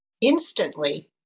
instantly